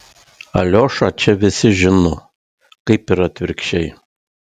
aliošą čia visi žino kaip ir atvirkščiai